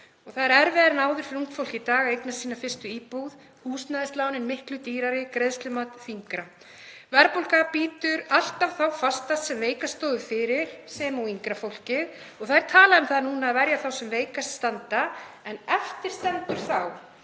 Það er erfiðara en áður fyrir ungt fólk í dag að eignast sína fyrstu íbúð, húsnæðislánin miklu dýrari, greiðslumat þyngra. Verðbólgan bítur alltaf þá fastast sem veikast stóðu fyrir sem og yngra fólkið. Það er talað um það núna að verja þá sem veikast standa en eftir stendur þá